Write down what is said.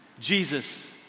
Jesus